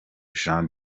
jean